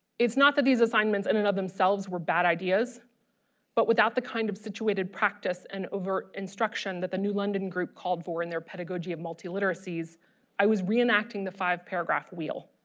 it's not that these assignments and and of themselves were bad ideas but without the kind of situated practice and over instruction that the new london group called for in their pedagogy of multi literacies i was reenacting the five paragraph wheel.